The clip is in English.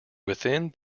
within